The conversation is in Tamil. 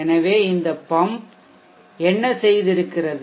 எனவே இந்த பம்ப் என்ன செய்திருக்கிறது